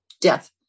death